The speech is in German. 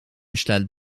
stellt